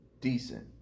Decent